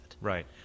Right